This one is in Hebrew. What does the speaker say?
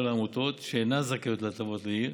לעמותות שאינן זכאיות להטבות לעיל,